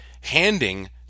handing